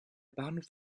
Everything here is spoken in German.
bahnhof